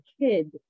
kid